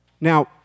Now